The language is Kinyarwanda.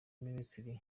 minisiteri